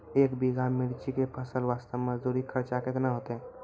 एक बीघा मिर्ची के फसल वास्ते मजदूरी खर्चा केतना होइते?